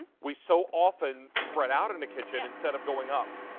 we so often spread out in in the kitchen instead of going up.